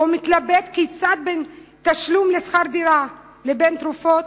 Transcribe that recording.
או מתלבט בין תשלום שכר דירה ובין תרופות,